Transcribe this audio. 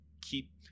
keep